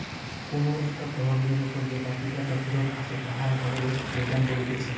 কুনু একটা তহবিলের উপর যে বাকি টাকা ফিরত আসে তাকে অবসোলুট রিটার্ন বলছে